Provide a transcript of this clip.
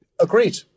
Agreed